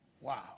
Wow